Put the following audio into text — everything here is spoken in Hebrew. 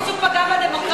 מישהו פגע בדמוקרטיה?